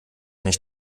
nicht